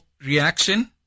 reaction